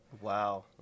Wow